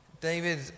David